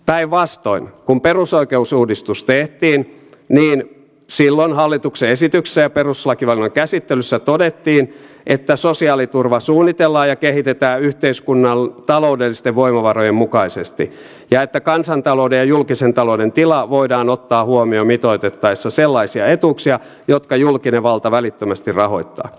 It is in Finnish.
päinvastoin kun perusoikeusuudistus tehtiin silloin hallituksen esityksessä ja perustuslakivaliokunnan käsittelyssä todettiin että sosiaaliturvaa suunnitellaan ja kehitetään yhteiskunnan taloudellisten voimavarojen mukaisesti ja että kansantalouden ja julkisen talouden tila voidaan ottaa huomioon mitoitettaessa sellaisia etuuksia jotka julkinen valta välittömästi rahoittaa